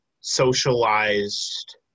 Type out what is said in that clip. socialized